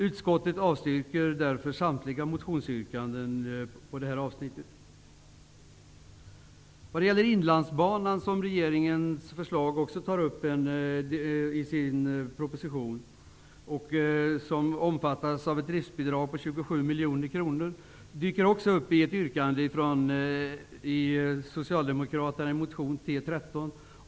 Utskottet avstyrker därmed samtliga motionsyrkanden vad gäller detta avsnitt. Regeringen tar också upp frågan om Inlandsbanan i sin proposition. Banan omfattas av ett driftsbidrag på 27 miljoner kronor. Banan dyker upp också i ett yrkande i den socialdemokratiska motionen T13.